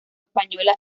española